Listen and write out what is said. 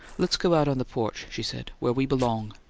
let's go out on the porch, she said. where we belong!